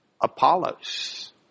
Apollos